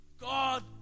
God